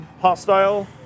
hostile